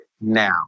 now